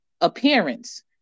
appearance